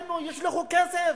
בתוכנו ישלחו כסף,